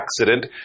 accident